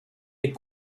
est